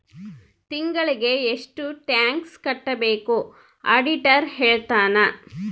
ತಿಂಗಳಿಗೆ ಎಷ್ಟ್ ಟ್ಯಾಕ್ಸ್ ಕಟ್ಬೇಕು ಆಡಿಟರ್ ಹೇಳ್ತನ